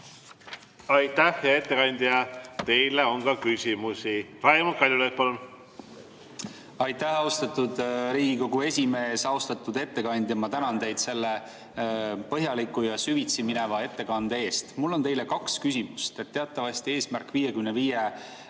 Aitäh, hea ettekandja! Teile on ka küsimusi. Raimond Kaljulaid, palun! Aitäh, austatud Riigikogu esimees! Austatud ettekandja! Ma tänan teid selle põhjaliku ja süvitsi mineva ettekande eest! Mul on teile kaks küsimust. Teatavasti "Eesmärk 55"